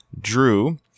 Drew